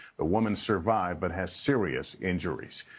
the woman survived but has serious injuries.